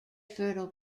fertile